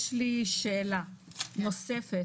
שאלה נוספת